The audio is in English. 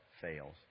fails